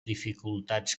dificultats